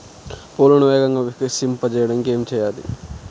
పువ్వులను వేగంగా వికసింపచేయటానికి ఏమి చేయాలి?